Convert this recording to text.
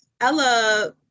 Ella